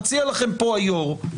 מציע לכם פה היושב-ראש,